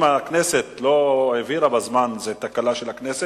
אם הכנסת לא העבירה בזמן, זה תקלה של הכנסת.